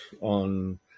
on